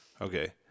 Okay